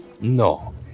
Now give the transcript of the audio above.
No